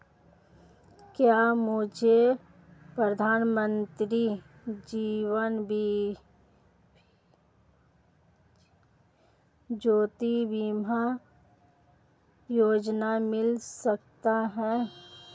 क्या मुझे प्रधानमंत्री जीवन ज्योति बीमा योजना मिल सकती है?